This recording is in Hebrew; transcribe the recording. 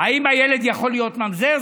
אם הילד יכול להיות ממזר,